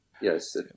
Yes